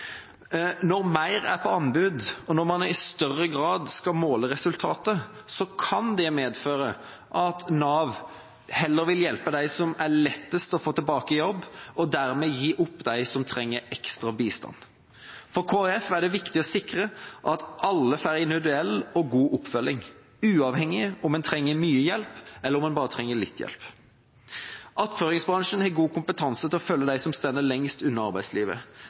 Når mer er på anbud, og når en i større grad skal måle resultatet, kan det medføre at Nav heller vil hjelpe dem som er lettest å få tilbake i jobb, og dermed gir opp dem som trenger ekstra bistand. For Kristelig Folkeparti er det viktig å sikre at alle får individuell og god oppfølging, uavhengig av om en trenger mye hjelp, eller om en bare trenger litt hjelp. Attføringsbransjen har god kompetanse i å følge dem som står lengst unna arbeidslivet.